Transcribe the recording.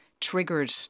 triggered